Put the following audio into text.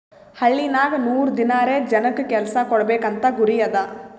ಹಳ್ಳಿನಾಗ್ ನೂರ್ ದಿನಾರೆ ಜನಕ್ ಕೆಲ್ಸಾ ಕೊಡ್ಬೇಕ್ ಅಂತ ಗುರಿ ಅದಾ